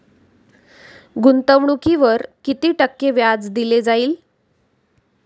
गुंतवणुकीवर किती टक्के व्याज दिले जाईल?